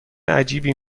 عجیبی